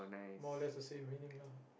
more or less the same meaning lah